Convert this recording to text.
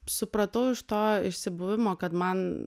supratau iš to išsibuvimo kad man